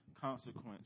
consequence